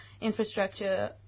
infrastructure